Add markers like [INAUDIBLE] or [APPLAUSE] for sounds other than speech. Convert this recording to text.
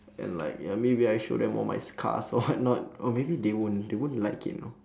and like ya maybe I show them all my scars or [LAUGHS] whatnot oh maybe they won't they won't like it you know